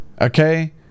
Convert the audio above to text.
okay